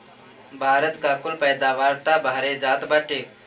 भारत का कुल पैदावार तअ बहरे जात बाटे